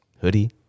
hoodie